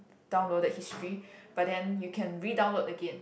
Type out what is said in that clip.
downloaded history but then you can redownload again